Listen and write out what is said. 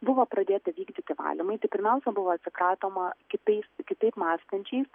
buvo pradėti vykdyti valymai tai pirmiausia buvo atsikratoma kitais kitaip mąstančiais